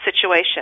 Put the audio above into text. situation